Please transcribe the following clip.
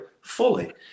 fully